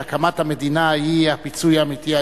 שהקמת המדינה היא הפיצוי האמיתי.